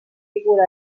figura